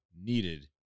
needed